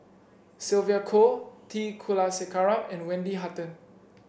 Sylvia Kho T Kulasekaram and Wendy Hutton